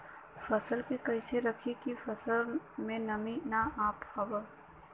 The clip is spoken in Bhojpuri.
फसल के कैसे रखे की फसल में नमी ना आवा पाव?